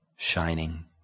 Shining